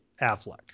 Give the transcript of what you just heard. Affleck